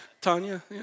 Tanya